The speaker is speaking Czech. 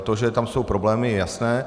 To, že tam jsou problémy, je jasné.